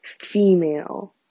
female